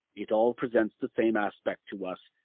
it all presents the same aspect to us,